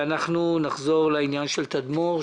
גם נחזור לעניין של "תדמור",